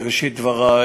בראשית דברי